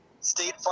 State